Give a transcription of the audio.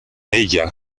ella